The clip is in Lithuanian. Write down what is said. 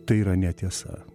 tai yra netiesa